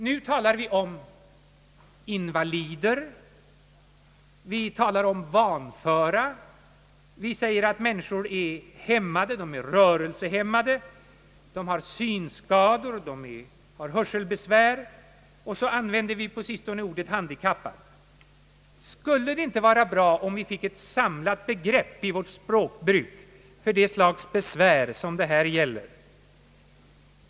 Nu talar vi om invalider och vanföra, vi säger att människor är rörelsehämmade, har synskador eller hörselbesvär, och på sistone har vi även fått termen handikappade. Skulle det inte vara bra om vi fick ett samlat begrepp i vårt språkbruk för detta slags besvär?